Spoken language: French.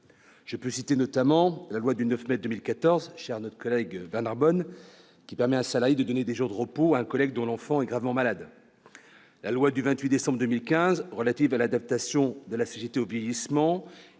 Je citerai notamment la loi de 9 mai 2014, chère à notre collègue Bernard Bonne, qui permet à un salarié de donner des jours de repos à un collègue dont l'enfant est gravement malade, la loi du 28 décembre 2015 relative à l'adaptation de la société au vieillissement,